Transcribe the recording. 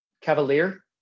cavalier